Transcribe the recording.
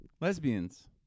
Lesbians